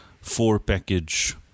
four-package